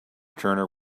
turner